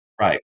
Right